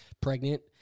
pregnant